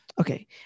okay